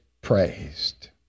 praised